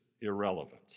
irrelevant